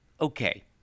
Okay